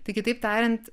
tai kitaip tariant